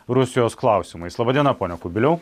rusijos klausimais laba diena pone kubiliau